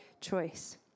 choice